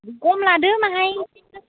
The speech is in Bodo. खम लादो बाहाय